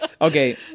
Okay